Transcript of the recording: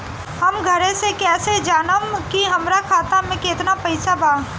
हम घरे से कैसे जानम की हमरा खाता मे केतना पैसा बा?